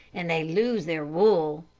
and they lose their wool.